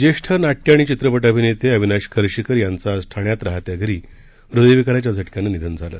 ज्येष्ठ नाट्य आणि चित्रपट अभिनेते अविनाश खर्शीकर यांचं आज ठाण्यात रहात्या घरी ह्दयविकाराच्या झटक्यानं निधन झालं